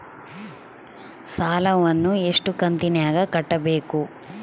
ಸಾಲವನ್ನ ಎಷ್ಟು ಕಂತಿನಾಗ ಕಟ್ಟಬೇಕು?